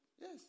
Yes